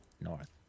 north